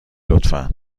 لطفا